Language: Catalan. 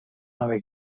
nova